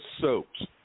soaps